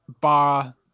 bar